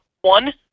One